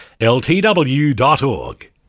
ltw.org